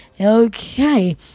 Okay